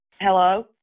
Hello